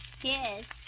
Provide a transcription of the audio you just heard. Yes